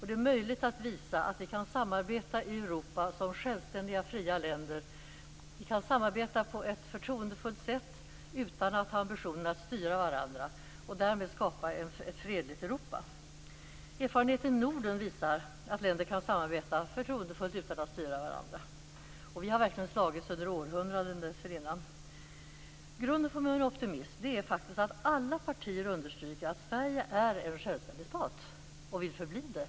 Det är möjligt att visa att vi kan samarbeta i Europa som självständiga fria länder på ett förtroendefullt sätt utan att ha ambitionen att styra varandra, och därmed skapa ett fredligt Europa. Erfarenheter i Norden visar att länder kan samarbeta förtroendefullt utan att styra varandra. Vi har verkligen slagits under århundraden dessförinnan. Grunden för min optimism är faktiskt att alla partier understryker att Sverige är en självständig stat och vill förbli det.